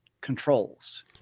controls